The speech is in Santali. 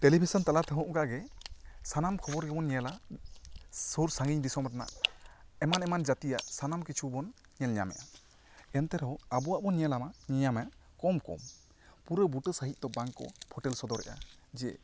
ᱴᱮᱞᱤᱵᱷᱤᱥᱚᱱ ᱛᱟᱞᱟ ᱛᱮᱦᱚᱸ ᱚᱱᱠᱟ ᱜᱮ ᱥᱟᱱᱟᱢ ᱠᱷᱚᱵᱚᱨ ᱜᱮ ᱵᱚᱱ ᱧᱮᱞᱟ ᱥᱩᱨ ᱥᱟᱺᱜᱤᱧ ᱫᱤᱥᱚᱢ ᱨᱮᱱᱟᱜ ᱮᱢᱟᱱ ᱮᱢᱟᱱ ᱡᱟᱹᱛᱤᱭᱟᱜ ᱥᱟᱱᱟᱢ ᱠᱤᱪᱷᱩ ᱵᱩᱱ ᱧᱮᱞ ᱧᱟᱢ ᱮᱫᱼᱟ ᱮᱱᱛᱮ ᱨᱮᱦᱚᱸ ᱟᱵᱚᱣᱟᱜ ᱢᱟ ᱧᱮᱞᱟ ᱠᱚᱢ ᱠᱚᱢ ᱯᱩᱨᱟᱹ ᱵᱩᱴᱟᱹ ᱥᱟᱹᱦᱤᱡ ᱫᱚ ᱵᱟᱝ ᱠᱚ ᱯᱷᱩᱴᱮᱞ ᱥᱚᱫᱚᱨ ᱮᱫᱼᱟ ᱡᱮ